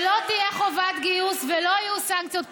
שלא תהיה חובת גיוס ולא יהיו סנקציות פליליות,